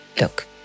Look